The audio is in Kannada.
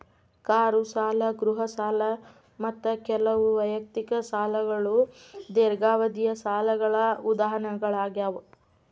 ಕಾರು ಸಾಲ ಗೃಹ ಸಾಲ ಮತ್ತ ಕೆಲವು ವೈಯಕ್ತಿಕ ಸಾಲಗಳು ದೇರ್ಘಾವಧಿಯ ಸಾಲಗಳ ಉದಾಹರಣೆಗಳಾಗ್ಯಾವ